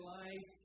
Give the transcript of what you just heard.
life